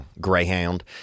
Greyhound